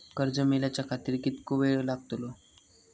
कर्ज मेलाच्या खातिर कीतको वेळ लागतलो?